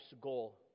goal